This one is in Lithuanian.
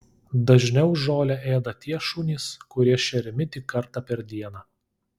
dažniau žolę ėda tie šunys kurie šeriami tik kartą per dieną